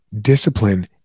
discipline